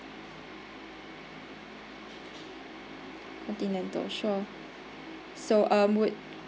continental sure so uh would